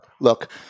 Look